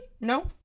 No